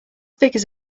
figures